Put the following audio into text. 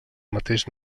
mateix